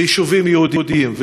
ביישובים יהודיים.